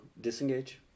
disengage